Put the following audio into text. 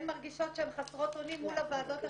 מרגישות שהן חסרות אונים מול הוועדות הרפואיות,